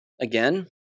Again